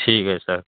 ٹھیک ہے سر